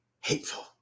Hateful